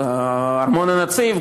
ארמון-הנציב.